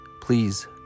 please